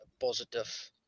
positive –